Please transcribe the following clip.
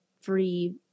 free